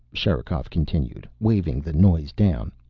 sherikov continued, waving the noise down.